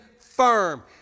firm